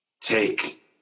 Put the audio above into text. take